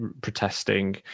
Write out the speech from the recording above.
protesting